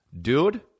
dude